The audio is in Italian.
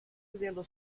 dello